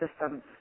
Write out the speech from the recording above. systems